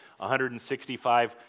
165